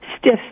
stiff